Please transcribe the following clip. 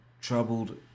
Troubled